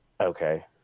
Okay